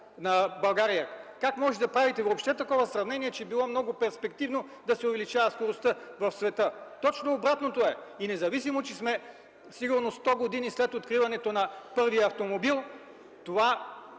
ГЕОРГИЕВ: Как може да правите въобще такова сравнение, че било много перспективно да се увеличава скоростта в света – точно обратното е. И независимо че сме сигурно 100 години след откриването на първия автомобил,